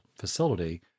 facility